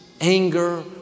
anger